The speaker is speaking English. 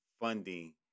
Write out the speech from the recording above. funding